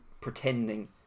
pretending